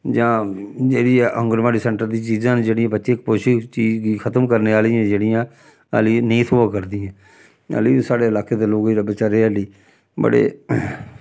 जां जेह्ड़ी ऐ आंगनबाड़ी सैंटर दी चीजां न जेह्ड़ियां बच्चे ई कपोशक चीज गी खत्म करने आह्लियां जेह्ड़ियां हल्ली नेईं थ्होआ करदियां हल्ली बी साढ़े इलाके दे लोक जेह्ड़े बचैरे हल्ली बड़े